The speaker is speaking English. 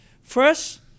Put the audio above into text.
First